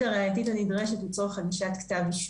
הראייתית הנדרשת לצורך הגשת כתב אישום.